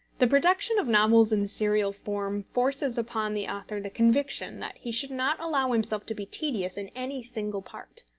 the production of novels in serial form forces upon the author the conviction that he should not allow himself to be tedious in any single part.